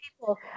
people